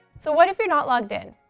so what if you're not logged in?